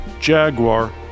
Jaguar